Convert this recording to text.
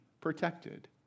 protected